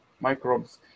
microbes